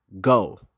go